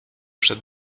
przed